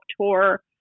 tour